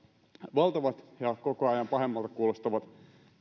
valtavat ja koko ajan pahemmalta kuulostavat